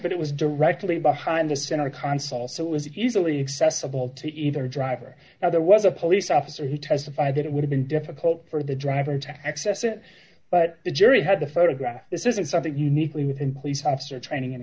but it was directly behind the center console so it was easily accessible to either driver now there was a police officer he testified that it would have been difficult for the driver to access it but the jury had to photograph this isn't something uniquely with a police officer training and